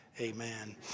amen